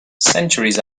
centuries